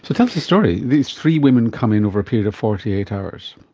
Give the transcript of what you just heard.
so tell us the story. these three women come in over a period of forty eight hours.